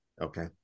Okay